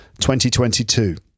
2022